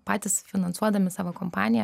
patys finansuodami savo kompaniją